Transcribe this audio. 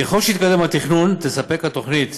ככל שיתקדם התכנון, תספק התוכנית